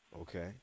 Okay